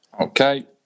okay